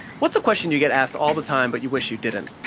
what's a question you get asked all the time but you wish you didn't?